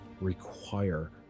require